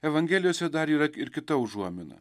evangelijose dar yra ir kita užuomina